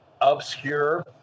obscure